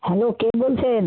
hello কে বলছেন